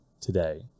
today